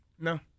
No